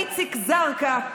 איציק זרקא,